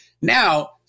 Now